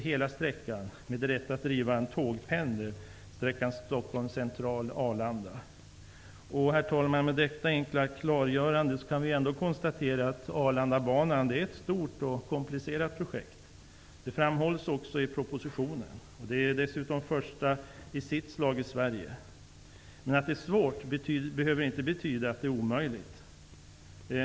Herr talman! Vi kan alltså konstatera att Arlandabanan är ett stort och komplicerat projekt -- det framhålls också i propositionen. Det är dessutom det första i sitt slag i Sverige. Men att det är svårt behöver inte betyda att det är omöjligt.